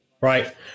Right